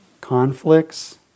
Conflicts